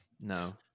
No